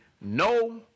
no